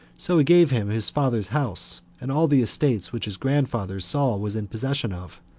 so he gave him his father's house, and all the estate which his grandfather saul was in possession of,